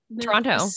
Toronto